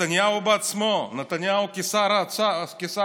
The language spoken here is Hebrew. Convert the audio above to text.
נתניהו בעצמו, נתניהו כשר האוצר,